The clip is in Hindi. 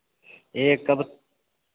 यह कब